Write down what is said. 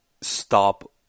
stop